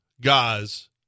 guys